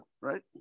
right